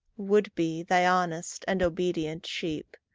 would be thy honest and obedient sheep.